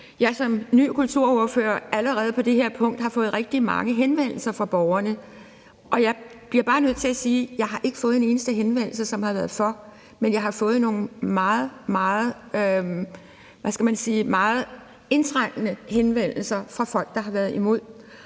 har som ny kulturordfører allerede på det her punkt fået rigtig mange henvendelser fra borgerne. Jeg bliver bare nødt til at sige, at jeg ikke har fået en eneste henvendelse, som har været for, men jeg har fået nogle meget, meget, hvad skal man sige, indtrængende henvendelser fra folk, der har været imod.